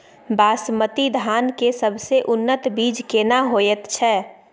बासमती धान के सबसे उन्नत बीज केना होयत छै?